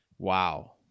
Wow